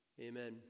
Amen